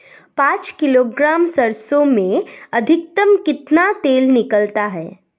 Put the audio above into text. पाँच किलोग्राम सरसों में अधिकतम कितना तेल निकलता है?